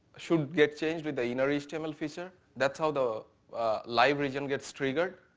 should get changed with the innerhtml feature. that's how the live region gets triggered,